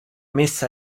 messa